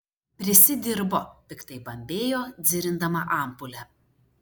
prisidirbo piktai bambėjo dzirindama ampulę